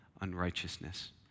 unrighteousness